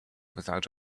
without